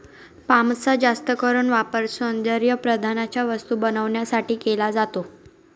पामचा जास्त करून वापर सौंदर्यप्रसाधनांच्या वस्तू बनवण्यासाठी केला जातो